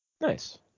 Nice